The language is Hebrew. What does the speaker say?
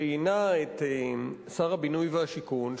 ראיינה את שר הבינוי והשיכון,